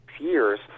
years